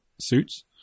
Suits